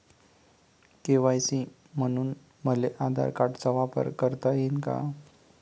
KYC म्हनून मले आधार कार्डाचा वापर करता येईन का?